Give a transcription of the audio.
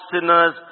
sinners